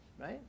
Right